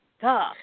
duh